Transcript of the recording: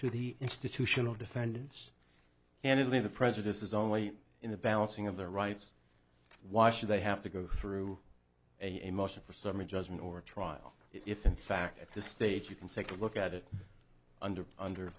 to the institutional defendants and leave the prejudice is only in the balancing of their rights why should they have to go through a motion for summary judgment or a trial if in fact at this stage you can take a look at it under under